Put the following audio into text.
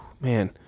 Man